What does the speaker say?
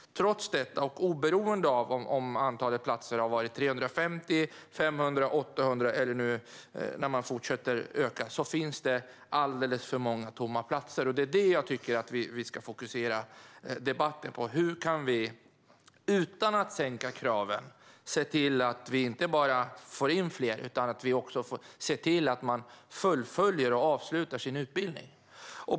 Trots detta och oberoende av om antalet platser har varit 350, 500, 800 eller fortsätter öka finns det alldeles för många tomma platser. Det är det jag tycker att vi ska fokusera debatten på. Hur kan vi - utan att sänka kraven - inte bara få in fler utan också se till att man fullföljer och avslutar sin utbildning?